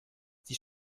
sie